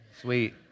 sweet